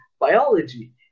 biology